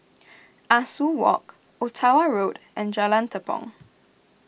Ah Soo Walk Ottawa Road and Jalan Tepong